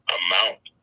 amount